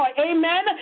Amen